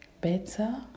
Better